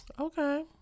Okay